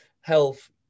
health